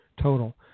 total